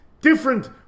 different